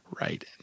right